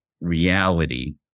reality